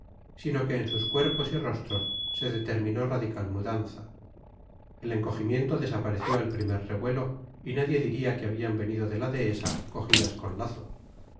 sino que en sus cuerpos y rostros se determinó radical mudanza el encogimiento desapareció al primer revuelo y nadie diría que habían venido de la dehesa cogidas con lazo